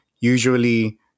usually